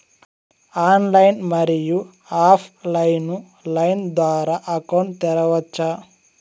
Online, మరియు offline line ద్వారా account తెరవచ్చా?